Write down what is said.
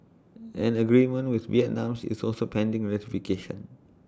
an agreement with Vietnam is also pending ratification